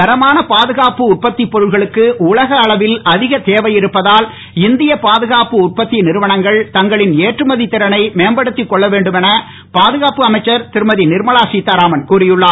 தரமான பாதுகாப்பு உற்பத்திப் பொருட்களுக்கு உலக அளவில் அதிக தேவை இருப்பதால் இந்திய பாதுகாப்பு உற்பத்தி நிறுவனங்கள் தங்களின் ஏற்றுமதி திறனை மேம்படுத்திக் கொள்ள வேண்டும் என பாதுகாப்பு அமைச்சர் திருமதி நிர்மலா சிதாராமன் கூறியுள்ளார்